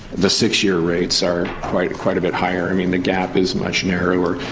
the six-year rates are quite quite a bit higher. i mean, the gap is much narrower.